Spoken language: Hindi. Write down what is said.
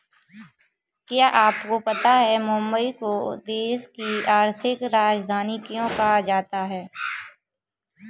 क्या आपको पता है मुंबई को देश की आर्थिक राजधानी क्यों कहा जाता है?